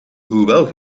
hoewel